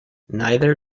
neither